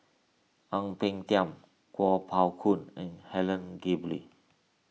Ang Peng Tiam Kuo Pao Kun and Helen Gilbey